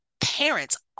parents